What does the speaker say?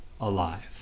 alive